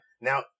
Now